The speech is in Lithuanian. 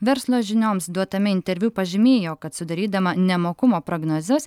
verslo žinioms duotame interviu pažymėjo kad sudarydama nemokumo prognozes